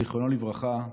זיכרונו לברכה,